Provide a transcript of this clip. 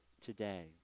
today